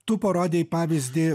tu parodei pavyzdį